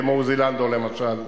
כמו עוזי לנדאו למשל,